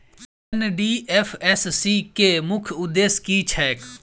NDFSC केँ मुख्य उद्देश्य की छैक?